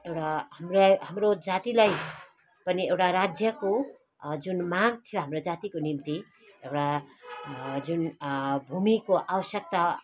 एउटा हाम्रा हाम्रो जातिलाई पनि एउटा राज्यको जुन माग थियो हाम्रो जातिको निम्ति एउटा जुन भूमिको आवश्यकता